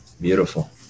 Beautiful